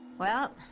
well,